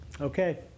Okay